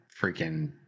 freaking